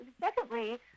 secondly